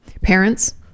Parents